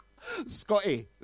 Scotty